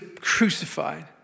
crucified